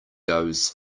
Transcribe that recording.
goes